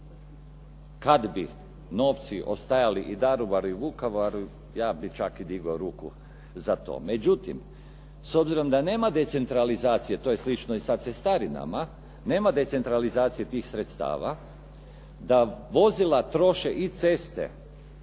kad bi novci ostajali i u Daruvaru i Vukovaru ja bih čak i digao ruku za to. Međutim, s obzirom da nema decentralizacije, to je slično i sa cestarinama nema decentralizacije tih sredstava, da vozila troše i ceste